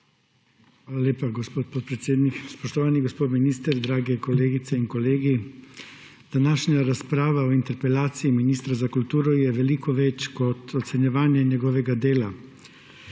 Hvala lepa, gospod podpredsednik. Spoštovani gospod minister, drage kolegice in kolegi! Današnja razprava o interpelaciji ministra za kulturo je veliko več kot ocenjevanje njegovega dela.